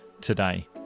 today